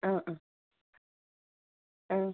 ആ ആ ആ